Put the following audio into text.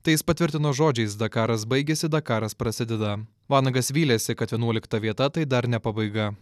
tai jis patvirtino žodžiais dakaras baigėsi dakaras prasideda vanagas vylėsi kad vienuolikta vieta tai dar ne pabaiga